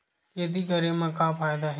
खेती करे म का फ़ायदा हे?